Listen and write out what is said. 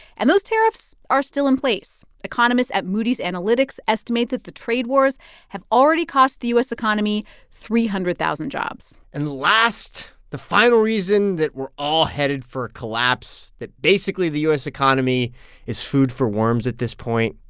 and those tariffs are still in place. economists at moody's analytics estimate that the trade wars have already cost the u s. economy three hundred thousand jobs and the last the final reason that we're all headed for a collapse that basically, the u s. economy is food for worms at this point,